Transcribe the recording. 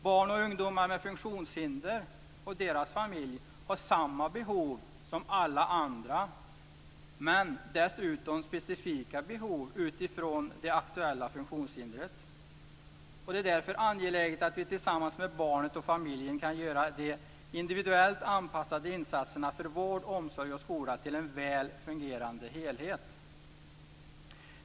Barn och ungdomar med funktionshinder och deras familjer har samma behov som alla andra men dessutom specifika behov utifrån det aktuella funktionshindret. Det är därför angeläget att vi tillsammans med barnet och familjen kan göra de individuellt anpassade insatserna för vård, omsorg och skola till en väl fungerande helhet.